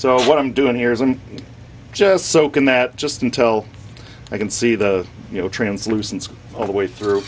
so what i'm doing here is i'm just soaking that just until i can see the you know translucent all the way through